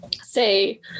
say